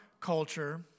culture